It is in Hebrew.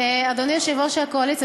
אדוני יושב-ראש הקואליציה,